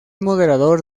moderador